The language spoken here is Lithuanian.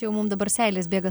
jau mum dabar seilės bėga